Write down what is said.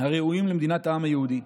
הראויים למדינת העם היהודי.